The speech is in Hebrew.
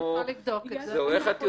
היא צריכה לבדוק את זה --- איך את יודעת?